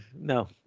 no